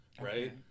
right